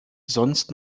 sonst